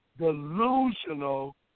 delusional